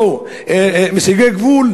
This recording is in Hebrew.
לא מסיגי גבול,